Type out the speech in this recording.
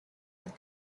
that